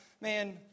man